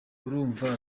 urumva